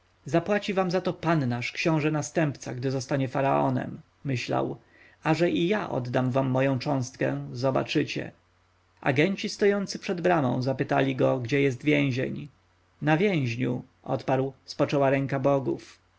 zapłaci wam za to pan nasz książę następca gdy zostanie faraonem myślał a że i ja oddam wam moją cząstkę zobaczycie ajenci stojący przed bramą zapytali go gdzie jest więzień na więźniu rzekł spoczęła ręka bogów